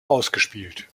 ausgespielt